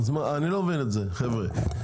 אני לא מבין את זה, חבר'ה.